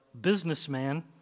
businessman